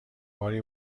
باری